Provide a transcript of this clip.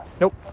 Nope